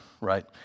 right